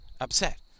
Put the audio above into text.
upset